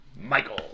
Michael